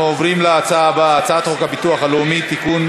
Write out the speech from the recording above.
אנחנו עוברים להצעה הבאה: הצעת חוק הביטוח הלאומי (תיקון,